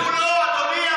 המפכ"ל ישב מולו, אדוני.